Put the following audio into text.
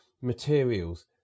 materials